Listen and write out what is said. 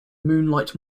moonlight